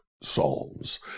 psalms